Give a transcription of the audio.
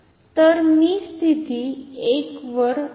तर मी स्थिती 1 वर देखील लिहितो